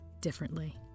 differently